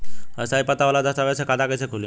स्थायी पता वाला दस्तावेज़ से खाता कैसे खुली?